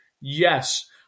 Yes